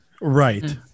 Right